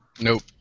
Nope